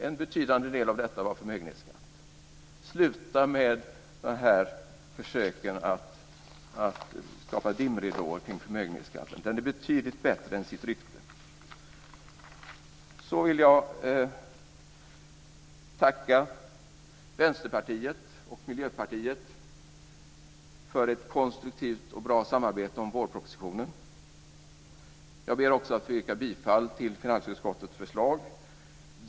En betydande del av detta var förmögenhetsskatt. Sluta med försöken att skapa dimridåer kring förmögenhetsskatten! Den är betydligt bättre än sitt rykte. Jag vill tacka Vänsterpartiet och Miljöpartiet för ett konstruktivt och bra samarbete om vårpropositionen. Jag ber också att få yrka bifall till finansutskottets förslag.